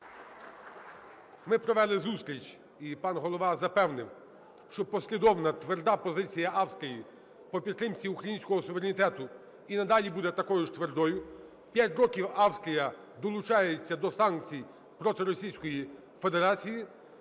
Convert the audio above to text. Ми провели зустріч і пан Голова запевнив, що послідовна тверда позиція Австрії по підтримці українського суверенітету і надалі буде такою ж твердою. П'ять років Австрія долучається до санкцій проти Російської Федерації.